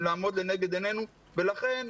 שלום לכולם,